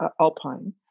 alpine